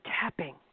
tapping